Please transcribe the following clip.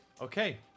Okay